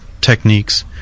techniques